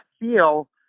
feel